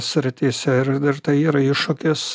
srityse ir ir tai yra iššūkis